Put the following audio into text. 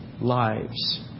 lives